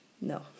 no